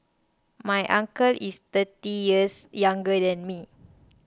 my uncle is thirty years younger than me